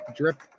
drip